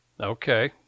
Okay